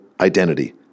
identity